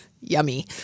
Yummy